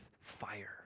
fire